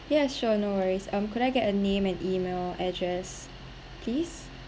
ya sure no worries um could I get a name and email address please